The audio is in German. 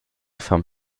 vom